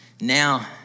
now